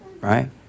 right